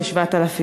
לכ-7,000 איש.